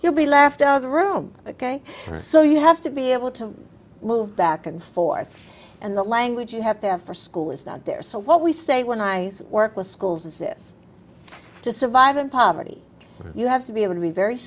you'll be left out of the room ok so you have to be able to move back and forth and the language you have to have for school is not there so what we say when i work with schools is this to survive in poverty you have to be able to be very